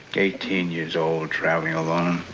eighteen years old traveling alone.